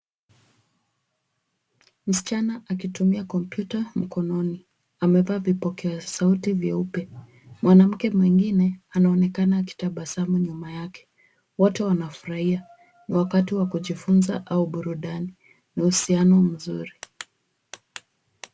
Msichana akitumia kompyuta mkononi, amevaa vipokea sauti vyeupe. Mwanamke mwengine anaonekanaa akitabasamu nyuma yake, wote wanafurahia. Ni wakati wa kujifunza au burudani na uhusiano mzuri.